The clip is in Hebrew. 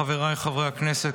חבריי חברי הכנסת,